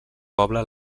pobla